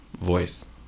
voice